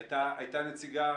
הייתה נציגה.